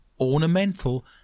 ornamental